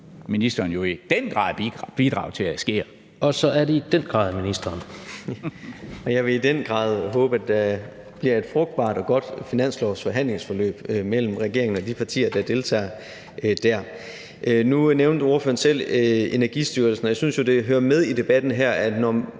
Så er det i den grad ministeren. Kl. 16:49 Erhvervsministeren (Simon Kollerup): Jeg vil i den grad håbe, at der bliver et frugtbart og godt finanslovsforhandlingsforløb mellem regeringen og de partier, der deltager dér. Nu nævnte ordføreren selv Energistyrelsen, og jeg synes jo, det hører med i debatten her, at når